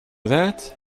that